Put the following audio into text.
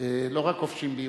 לא רק כובשים בירושלים.